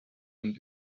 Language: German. und